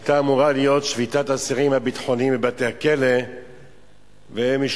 והיא תעבור לוועדת הפנים והגנת הסביבה להכנה לקראת קריאה שנייה ושלישית.